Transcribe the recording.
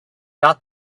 that